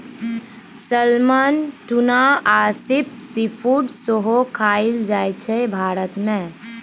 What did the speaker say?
salmon, tuna आ shrimp seafood सेहो खाएल जाइ छै भारत मे